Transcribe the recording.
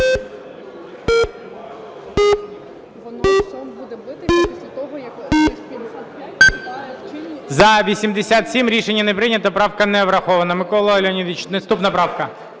За-87 Рішення не прийнято. Правка не врахована. Микола Леонідович, наступна правка.